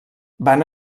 van